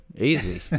easy